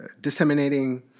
disseminating